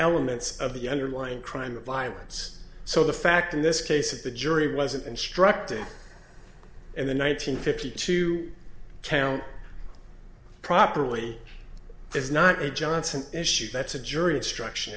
elements of the underlying crime of violence so the fact in this case if the jury wasn't instructed in the one nine hundred fifty two town properly there's not a johnson issue that's a jury instruction